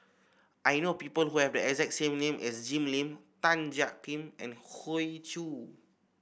I know people who have the exact name as Jim Lim Tan Jiak Kim and Hoey Choo